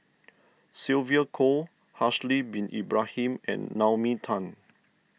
Sylvia Kho Haslir Bin Ibrahim and Naomi Tan